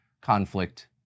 conflict